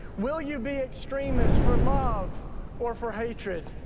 will you be extremists for love or for hatred?